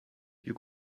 you